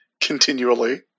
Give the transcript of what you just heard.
continually